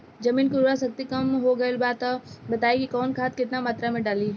जमीन के उर्वारा शक्ति कम हो गेल बा तऽ बताईं कि कवन खाद केतना मत्रा में डालि?